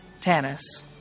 Tannis